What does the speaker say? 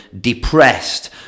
depressed